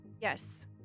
Yes